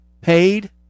paid